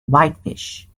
whitefish